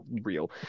real